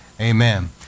Amen